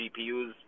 GPUs